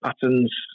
patterns